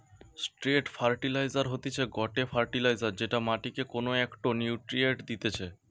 straight fertiliser হতিছে গটে fertiliser যেটা মাটিকে কোনো একটো নিউট্রিয়েন্ট দিতেছে